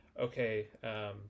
okay